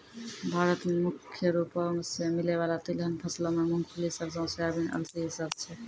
भारत मे मुख्य रूपो से मिलै बाला तिलहन फसलो मे मूंगफली, सरसो, सोयाबीन, अलसी इ सभ छै